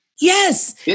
Yes